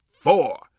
Four